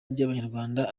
ry’abanyarwanda